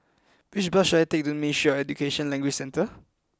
which bus should I take to Ministry of Education Language Centre